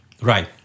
Right